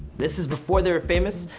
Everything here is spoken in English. this is before they were famous.